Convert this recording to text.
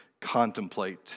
contemplate